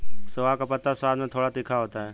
सोआ का पत्ता स्वाद में थोड़ा तीखा होता है